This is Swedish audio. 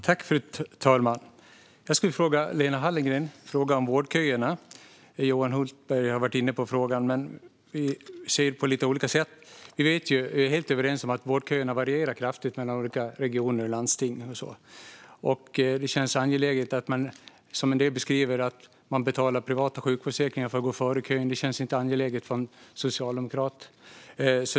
Fru talman! Jag vill ställa en fråga till Lena Hallengren om vårdköerna. Johan Hultberg har varit inne på det, men vi ser på det på lite olika sätt. Vi är dock helt överens om att vårdköerna varierar kraftigt mellan olika regioner och landsting. En del betalar privata sjukförsäkringar för att få gå före i kön. Det känns inte bra för en socialdemokrat.